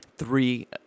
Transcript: Three